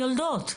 לחלוטין,